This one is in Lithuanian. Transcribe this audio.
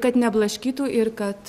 kad neblaškytų ir kad